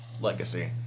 legacy